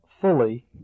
fully